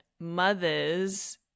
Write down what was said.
mothers